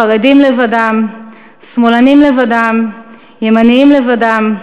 חרדים לבדם, שמאלנים לבדם, ימנים לבדם,